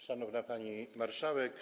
Szanowna Pani Marszałek!